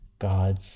God's